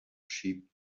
sheep